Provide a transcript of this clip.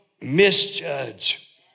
misjudge